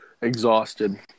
exhausted